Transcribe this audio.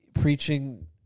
preaching